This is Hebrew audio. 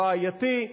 הבעייתי,